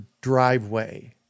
driveway